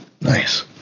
nice